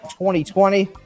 2020